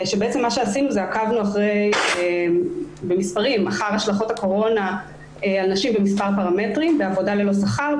עקבנו אחר השלכות הקורונה על נשים במספר פרמטרים: בעבודה ללא שכר,